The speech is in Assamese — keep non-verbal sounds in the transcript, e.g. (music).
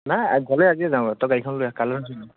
নাই গ'লে আজিয়ে যাম আও তই গাড়ীখন লৈ আহ (unintelligible)